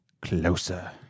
closer